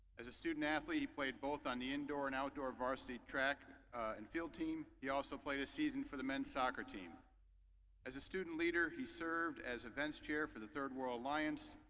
as a student athlete he played both on the indoor and outdoor varsity track and field team. he also played a season for the men's soccer team as a student leader. he served as events chair for the third world lions.